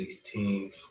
sixteenth